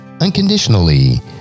unconditionally